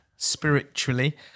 spiritually